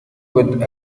with